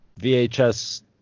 VHS